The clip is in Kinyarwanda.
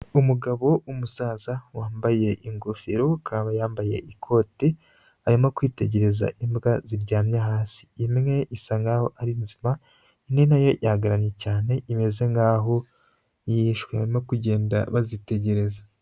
Umugabo w'umusaza wambaye ingofero akaba yambaye ikoti, arimo kwitegereza imbwa ziryamye hasi. Imwe isa nkaho ari nzima, indi na yo yagaramye cyane imeze nkaho yishwe. Barimo kugenda bazitegereza.